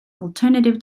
alternative